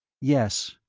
yes.